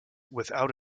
without